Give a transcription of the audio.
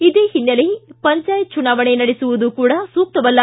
ಇದೇ ಹಿನ್ನೆಲೆ ಪಂಚಾಯತ್ ಚುನಾವಣೆ ನಡೆಸುವುದು ಕೂಡ ಸೂಕ್ತವಲ್ಲ